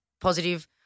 positive